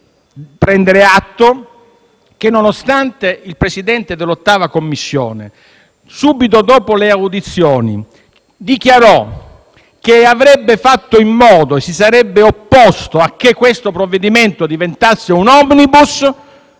prendere atto che, nonostante il Presidente del'8a Commissione, subito dopo le audizioni, abbia dichiarato che si sarebbe opposto a che questo provvedimento diventasse un *omnibus*,